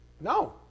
No